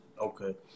Okay